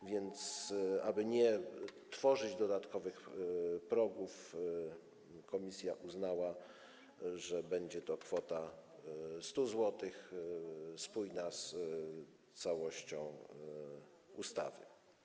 A więc aby nie tworzyć dodatkowych progów, komisja uznała, że będzie to kwota 100 zł, spójna z całością ustawy.